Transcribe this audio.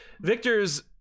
Victor's